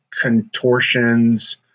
contortions